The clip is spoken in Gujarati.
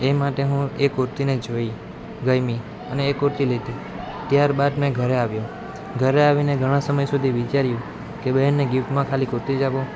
એ માટે હું એ કુર્તીને જોઈ ગયમી અને એ કુર્તી લીધી ત્યાર બાદ મેં ઘરે આવ્યો ઘરે આવીને ઘણા સમય સુધી વિચાર્યું કે બહેનને ગિફ્ટમાં ખાલી કુર્તી જ આપું